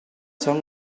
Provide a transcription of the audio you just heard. song